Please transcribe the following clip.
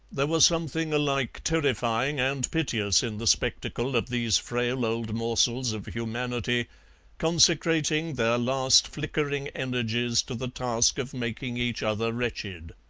there was something alike terrifying and piteous in the spectacle of these frail old morsels of humanity consecrating their last flickering energies to the task of making each other wretched.